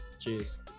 cheers